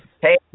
hey